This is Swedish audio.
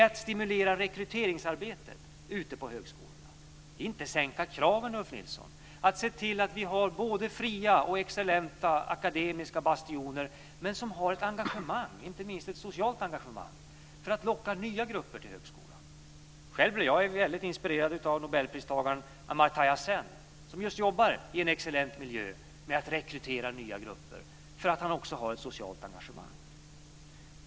Att stimulera rekryteringsarbetet ute på högskolorna är inte att sänka kraven, Ulf Nilsson. Vi ska se till att vi har både fria och excellenta akademiska bastioner men som har ett engagemang, inte minst ett socialt engagemang, för att locka nya grupper till högskolan. Själv blev jag väldigt inspirerad av nobelpristagaren Amartaya Sen, som just jobbar i en excellent miljö med att rekrytera nya grupper för att han också har ett socialt engagemang.